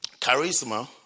Charisma